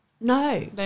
No